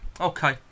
Okay